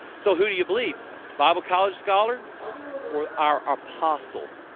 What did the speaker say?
so, who do you believe bible college scholar or our apostle?